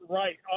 right